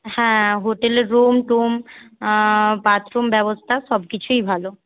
হ্যাঁ হোটেলের রুম টুম বাথরুম ব্যবস্থা সবকিছুই ভালো